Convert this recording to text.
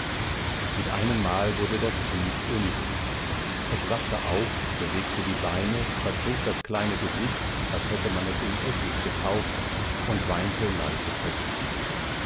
mit einem mal wurde das kind unruhig es wachte auf bewegte die beine verzog das kleine gesicht als hätte man es in essig getaucht und weinte leise vor sich hin